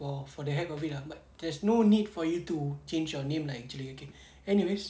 for for the heck of it ah but there's no need for you to change your name like julia king anyways